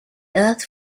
earth